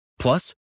Plus